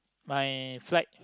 my flight